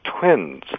twins